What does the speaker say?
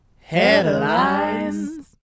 Headlines